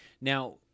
Now